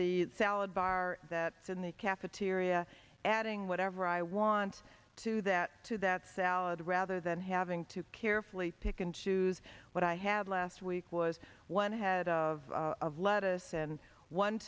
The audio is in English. the salad bar that in the cafeteria adding whatever i want to that to that salad rather than having to carefully pick and choose what i had last week was one head of lettuce and one